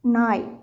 நாய்